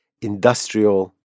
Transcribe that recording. industrial